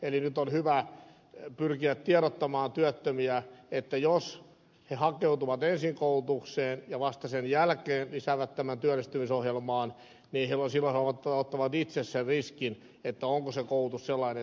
eli nyt on hyvä pyrkiä tiedottamaan työttömiä että jos he hakeutuvat ensin koulutukseen ja vasta sen jälkeen lisäävät tämän työllistymisohjelmaan niin silloin he ottavat itse sen riskin onko se koulutus sellainen että se kuuluu sinne työllistymisohjelmaan